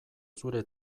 zure